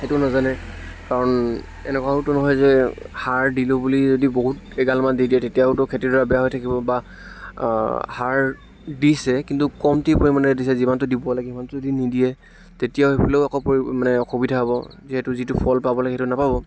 সেইটো নাজানে কাৰণ এনেকুৱাওটো নহয় যে সাৰ দিলোঁ বুলি যদি বহুত এগালমান দি দিয়ে তেতিয়াওটো খেতিডৰা বেয়া হৈ থাকিব বা সাৰ দিছে কিন্তু কমটি পৰিমাণে দিছে যিমানটো দিব লাগে সিমানটো যদি নিদিয়ে তেতিয়াও সেইফালেও আকৌ পৰি মানে অসুবিধা হ'ব যিহেতু যিটো ফল পাব লাগে সেইটো নাপাব